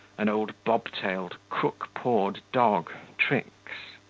an old bob-tailed, crook-pawed dog, trix.